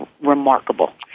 remarkable